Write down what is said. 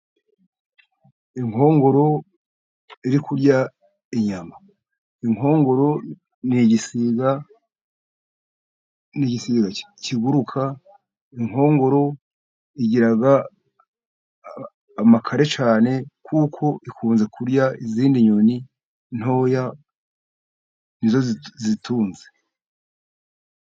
Inkongoro iri kurya inyama. Inkongoro ni igisiga kiguruka, inkongoro igira amakare cyane kuko ikunze kurya izindi nyoni ntoya, ni zo ziyitunze.